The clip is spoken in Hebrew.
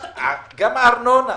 גם לגבי הארנונה.